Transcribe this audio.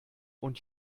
und